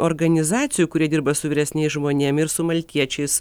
organizacijų kurie dirba su vyresniais žmonėm ir su maltiečiais